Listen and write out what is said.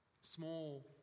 small